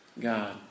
God